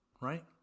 right